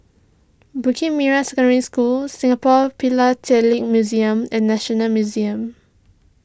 Bukit Merah Secondary School Singapore Philatelic Museum and National Museum